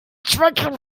zwecken